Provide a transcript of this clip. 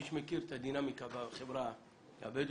מי שמכיר את הדינמיקה במגזר הבדואי,